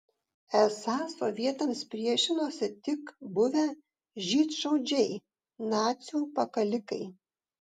esą sovietams priešinosi tik buvę žydšaudžiai nacių pakalikai